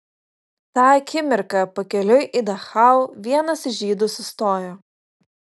tą akimirką pakeliui į dachau vienas iš žydų sustojo